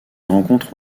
rencontre